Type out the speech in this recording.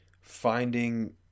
finding